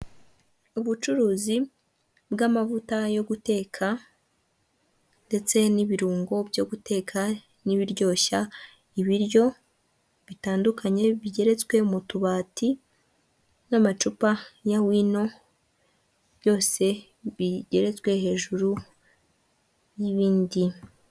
Ubucuruzi bw'amavuta yo guteka, ndetse n'ibirungo byo guteka, n'ibiryoshya ibiryo bitandukanye, bigeretswe mu tubati, n'amacupa ya wino, byose bigeretswe hejuru y'ibindi.